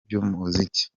by’umuziki